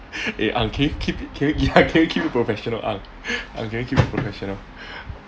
eh ah can you keep it can you ya can you keep it professional ah can you keep it professional